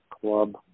club